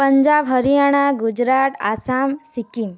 Punjab Haryana Gujarat Assam Sikkim